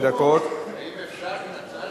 האם אפשר את ההצעה